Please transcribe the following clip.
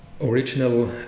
original